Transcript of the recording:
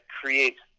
creates